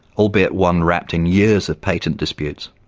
albeit one wrapped in years of patent disputes.